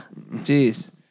Jeez